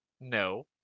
No